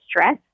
stress